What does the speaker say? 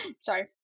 sorry